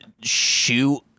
shoot